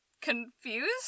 confused